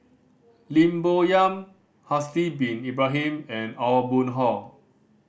Lim Bo Yam Haslir Bin Ibrahim and Aw Boon Haw